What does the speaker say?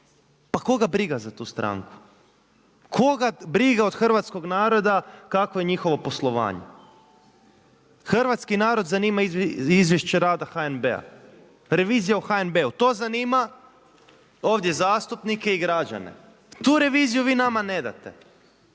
Pa koga briga za tu stranku? Koga briga od hrvatskog naroda kakvo je njihovo poslovanje? Hrvatski narod zanima izvješće rada HNB-a, revizija o HNB-u. To zanima, ovdje zastupnike i građane, tu reviziju nama nedate.